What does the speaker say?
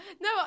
no